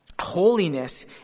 Holiness